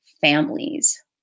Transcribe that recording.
families